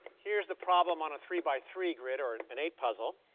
here's the problem on a three by three grid, or an eight puzzle.